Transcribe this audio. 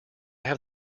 have